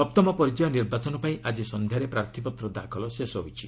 ସପ୍ତମ ପର୍ଯ୍ୟାୟ ନିର୍ବାଚନ ପାଇଁ ଆଜି ସନ୍ଧ୍ୟାରେ ପ୍ରାର୍ଥୀପତ୍ର ଦାଖଲ ଶେଷ ହୋଇଯାଇଛି